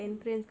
mm mm